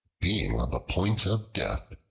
being on the point of death,